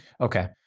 Okay